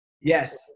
Yes